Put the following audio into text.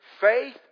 Faith